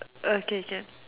okay can